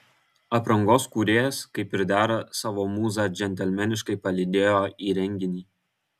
aprangos kūrėjas kaip ir dera savo mūzą džentelmeniškai palydėjo į renginį